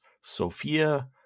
Sophia